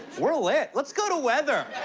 we're lit. let's go to weather.